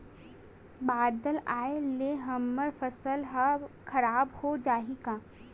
बादर आय ले हमर फसल ह खराब हो जाहि का?